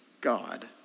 God